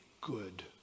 good